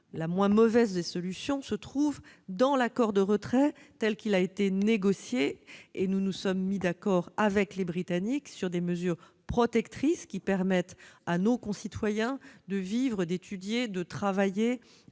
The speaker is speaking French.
la moins mauvaise des solutions se trouve dans l'accord de retrait tel qu'il a été négocié. Nous nous sommes mis d'accord avec les Britanniques sur des mesures protectrices qui permettent à nos concitoyens de vivre, d'étudier, de travailler